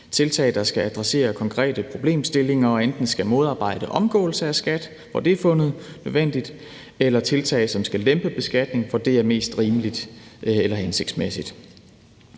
tiltag, der skal adressere konkrete problemstillinger og enten skal modarbejde omgåelse af skat, hvor det er fundet nødvendigt, eller tiltag, som skal lempe beskatningen, hvor det er mest rimeligt eller hensigtsmæssigt.